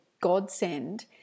godsend